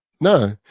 no